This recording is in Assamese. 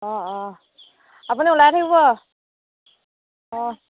অঁ অঁ আপুনি ওলাই থাকিব অঁ